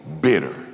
bitter